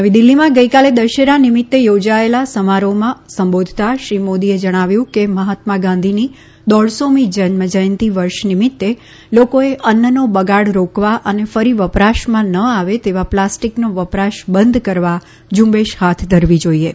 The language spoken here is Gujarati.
નવી દિલ્હીમાં ગઈકાલે દશેરા નિમિત્તે યોજાયેલા સમારોહમાં સંબોધતા શ્રી મોદીએ જણાવ્યું હતું કે મહાત્મા ગાંધીની દોઢસોમી જન્મજ્યંતિ વર્ષ નિમિત્તે લોકોએ અન્નનો બગાડ રોકવા અને ફરી વપરાશમાં ન આવે તેવા પ્લાસ્ટિકનો વપરાશ બંધ કરવા ઝુંબેશ હાથ ધરવી જોઈએ